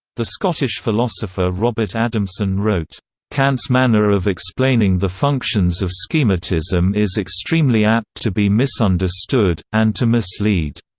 the scottish philosopher robert adamson wrote kant's manner of explaining the functions of so schematism is extremely apt to be misunderstood, and to mislead.